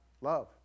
love